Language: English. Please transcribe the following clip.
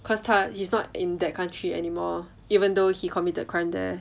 cause 他 he's not in that country anymore even though he committed crime there